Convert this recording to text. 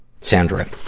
Sandra